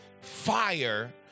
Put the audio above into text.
fire